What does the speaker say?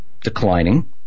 declining